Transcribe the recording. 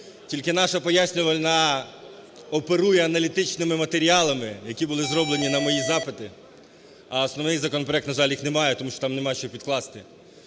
Тільки наша пояснювальна оперує аналітичними матеріалами, які були зроблені на мої запити. А основний законопроект, на жаль, їх не має тому що там нема чого підкласти.